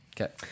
Okay